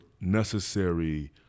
necessary